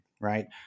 Right